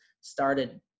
started